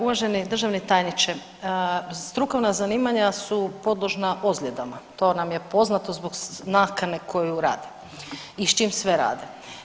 Uvaženi državni tajniče, strukovna zanimanja su podložna ozljedama to nam je poznato zbog nakane koju radi i s čim sve rade.